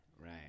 Right